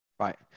Right